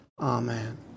Amen